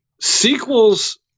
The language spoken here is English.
sequels